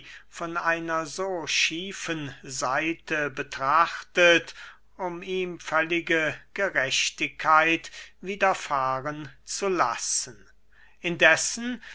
von einer zu schiefen seite betrachtet um ihm völlige gerechtigkeit wiederfahren zu lassen indessen